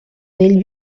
vell